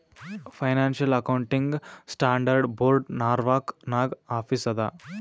financial accounting standard board Norwalk ನಾಗ್ office ಅದಾ